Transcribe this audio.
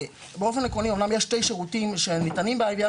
שבאופן עקרוני אמנם יש שני שירותים שניתנים ב-IVR,